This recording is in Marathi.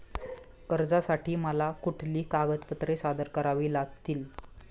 कर्जासाठी मला कुठली कागदपत्रे सादर करावी लागतील?